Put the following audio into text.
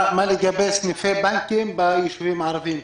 מה לגבי סניפי הבנקים ביישובים הערביים,